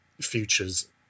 futures